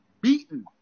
beaten